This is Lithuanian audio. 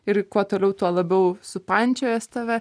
ir kuo toliau tuo labiau supančiojęs tave